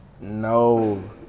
No